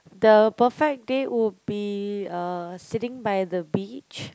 the perfect day would be uh sitting by the beach